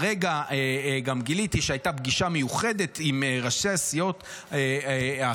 הרגע גם גיליתי שהייתה פגישה מיוחדת עם ראשי הסיעות החרדיות,